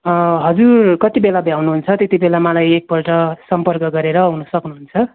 हजुर कति बेला भ्याउनु हुन्छ त्यति बेला मलाई एक पल्ट सम्पर्क गरेर आउनु सक्नु हुन्छ